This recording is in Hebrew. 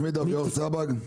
שמי דויאור סבג,